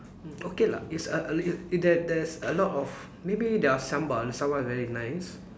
mm okay lah it's a a li~ there's there's a lot of maybe their sambal their sambal is very nice